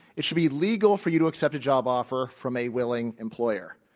it should be legal for you to accept a job offer from a willing employer.